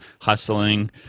hustling